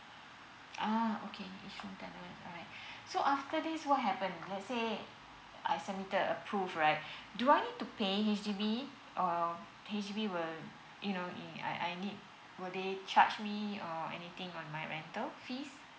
uh okay H_D_B will cover alright so after this what happen let say I submitted approve right do I need pay H_D_B or H_D_B will you know I need would they charge me anything on my rental fees